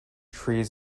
trees